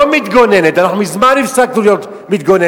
לא מתגוננת, כבר מזמן הפסקנו להיות מתגוננת,